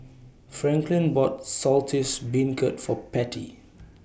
Franklyn bought Saltish Beancurd For Patty